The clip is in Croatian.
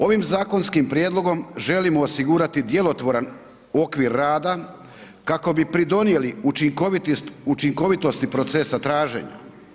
Ovim zakonskim prijedlogom želimo osigurati djelotvoran okvir rada kako bi pridonijeli učinkovitosti procesa traženja.